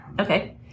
Okay